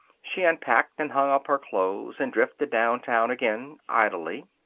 she unpacked and hung up her clothes and drifted downtown again, idly.